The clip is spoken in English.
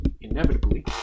inevitably